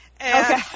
Okay